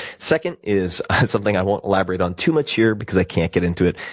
second is something i won't elaborate on too much here because i can't get into it,